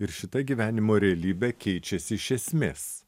ir šita gyvenimo realybė keičiasi iš esmės